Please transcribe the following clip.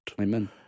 Amen